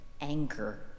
anger